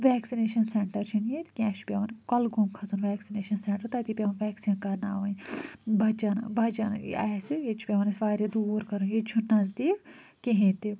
vaccination centre چھِنہٕ ییٚتہِ کیٚنٛہہ اسہِ چھُ پیٚوان کۄلگوم کھسُن ویٚکسِنیشَن سیٚنٹر تٔتے پیٚوان ویٚکسیٖن کَرناوٕنۍ بَچَن بَچَن یا اسہِ ییٚتہِ چھُ پیٚوان اسہِ واریاہ دوٗر کَرٕنۍ ییٚتہِ چھِنہٕ نزدیٖک کِہیٖنۍ تہِ